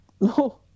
No